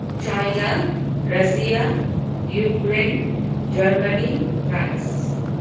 China Russia Ukraine Germany France